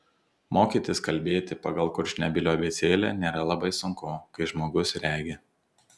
mokytis kalbėti pagal kurčnebylių abėcėlę nėra labai sunku kai žmogus regi